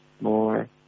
more